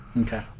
Okay